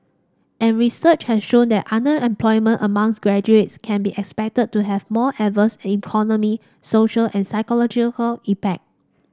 and research has shown that underemployment amongst graduates can be expected to have more adverse economic social and psychological impact